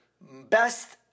best